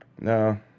No